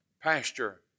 pasture